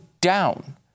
down